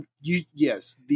Yes